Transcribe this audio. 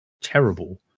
terrible